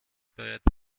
bereits